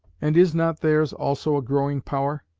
and is not theirs also a growing power?